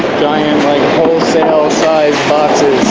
giant wholesale sized.